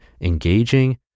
engaging